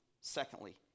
Secondly